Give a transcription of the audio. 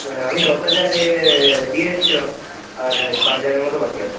আমি দশ হাজারে দিয়ে এসছিলাম আর ছ হাজারের মতো বাকি আছে